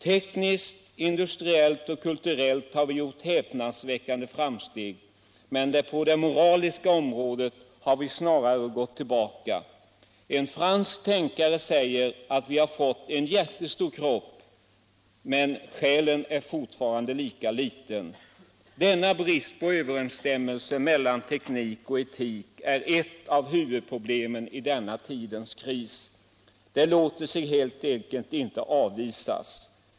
Tekniskt, industriellt och kulturellt har vi gjort häpnadsväckande framsteg, men på det moraliska området har vi snarare gått tillbaka. En fransk tänkare säger att vi har fått en jättestor kropp men att själen fortfarande är lika liten. Denna brist på överensstämmelse mellan teknik och etik är ett av huvudproblemen i denna tidens kris. Den låter sig helt enkelt inte avvisas.